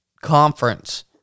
conference